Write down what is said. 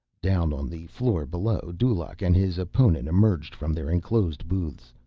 down on the floor below, dulaq and his opponent emerged from their enclosed booths.